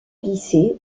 lycée